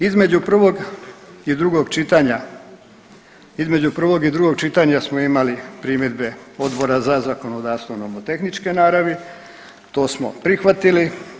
Između prvog i drugog čitanja, između prvog i drugog čitanja smo imali primjedbe Odbora za zakonodavstvo nomotehničke naravi, to smo prihvatili.